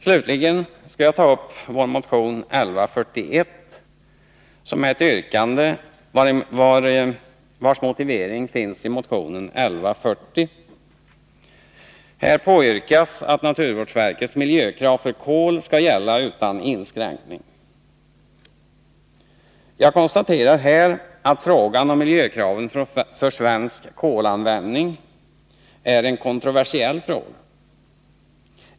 Slutligen skall jag ta upp vår motion nr 1141, som innehåller ett yrkande vars motivering finns i motionen 1140. Här påyrkas att naturvårdsverkets miljökrav för kol skall gälla utan inskränkning. Jag konstaterar att frågan om miljökraven för svensk kolanvändning är kontroversiell.